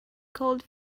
called